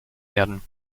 werden